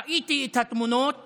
ראיתי את התמונות